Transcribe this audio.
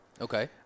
Okay